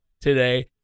today